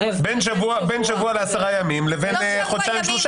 בין שבוע לעשרה ימים לבין חודשיים-שלושה.